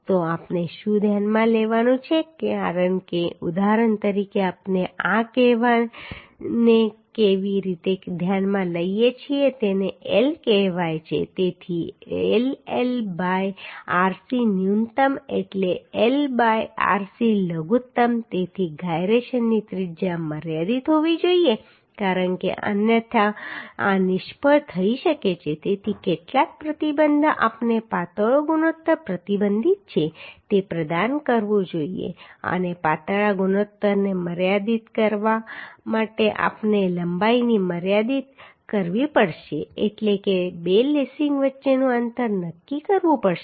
તો આપણે શું ધ્યાનમાં લેવાનું છે કારણ કે ઉદાહરણ તરીકે આપણે આ કહેને કેવી રીતે ધ્યાનમાં લઈએ છીએ તેને L કહેવાય છે તેથી LL બાય rc ન્યુનત્તમ એટલે L બાય rc લઘુત્તમ તેથી gyrationની ત્રિજ્યા મર્યાદિત હોવી જોઈએ કારણ કે અન્યથા આ નિષ્ફળ થઈ શકે છે તેથી કેટલાક પ્રતિબંધ આપણે પાતળો ગુણોત્તર પ્રતિબંધિત છે તે પ્રદાન કરવું જોઈએ અને પાતળા ગુણોત્તરને મર્યાદિત કરવા માટે આપણે લંબાઈને મર્યાદિત કરવી પડશે એટલે કે બે લેસિંગ વચ્ચેનું અંતર નક્કી કરવું પડશે